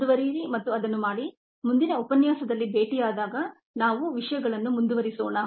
ಮುಂದುವರಿಯಿರಿ ಮತ್ತು ಅದನ್ನು ಮಾಡಿ ಮುಂದಿನ ಉಪನ್ಯಾಸದಲ್ಲಿ ಭೇಟಿಯಾದಾಗ ನಾವು ವಿಷಯಗಳನ್ನು ಮುಂದುವರಿಸೋಣ